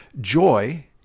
joy